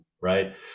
right